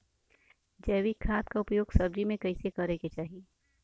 जैविक खाद क उपयोग सब्जी में कैसे करे के चाही?